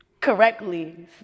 correctly